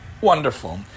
wonderful